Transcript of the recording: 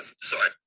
sorry